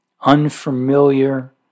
unfamiliar